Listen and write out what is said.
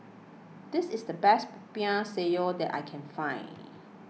this is the best Popiah Sayur that I can find